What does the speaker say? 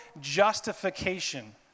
justification